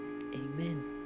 Amen